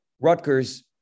Rutgers